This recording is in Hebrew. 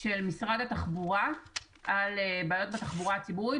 של משרד התחבורה על בעיות התחבורה הציבורית,